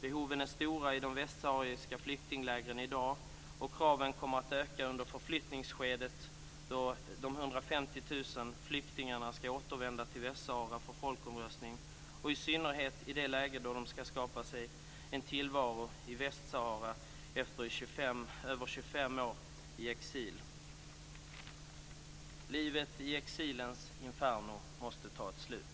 Behoven är stora i de västsahariska flyktinglägren i dag, och kraven kommer att öka under förflyttningsskedet då de 150 000 flyktingarna skall återvända till Västsahara för folkomröstning, och i synnerhet i det läge då de skall skapa sig en tillvaro i Västsahara efter över 25 år i exil. Livet i exilens inferno måste få ett slut.